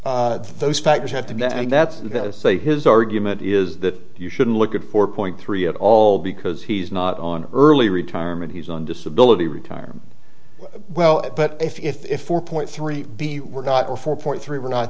best say his argument is that you shouldn't look at four point three at all because he's not on early retirement he's on disability retirement well but if four point three b were not or four point three were not